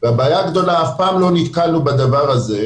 הבעיה הגדולה ואף פעם לא נתקלנו בדבר הזה,